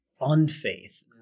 unfaith